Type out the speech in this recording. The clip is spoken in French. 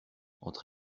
entre